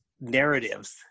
narratives